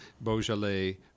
Beaujolais